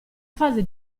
fase